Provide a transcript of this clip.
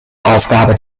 aufgabe